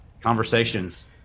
conversations